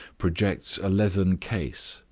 projects a leathern case,